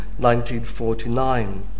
1949